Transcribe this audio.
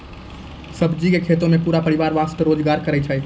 सब्जी के खेतों मॅ पूरा परिवार वास्तॅ रोजगार छै